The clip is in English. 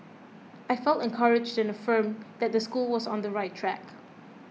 I felt encouraged and affirmed that the school was on the right track